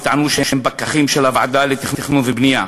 וטענו שהם פקחים של הוועדה לתכנון ובנייה,